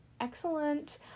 excellent